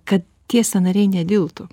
kad tie sąnariai nediltų